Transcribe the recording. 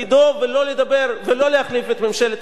ולא להחליף את ממשלת ישראל,